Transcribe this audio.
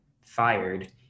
fired